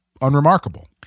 unremarkable